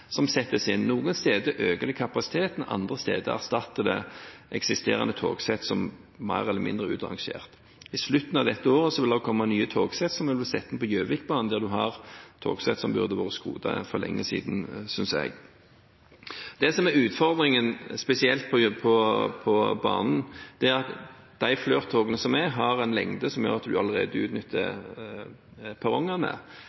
som settes inn. Noen steder øker det kapasiteten, andre steder erstatter det eksisterende togsett som er mer eller mindre utrangert. På slutten av dette året vil det også komme nye togsett, som vi vil sette inn på Gjøvikbanen, der en har togsett som burde vært skrotet for lenge siden, synes jeg. Det som er utfordringen spesielt på banen, er at de Flirt-togene som er, har en lengde som gjør at en allerede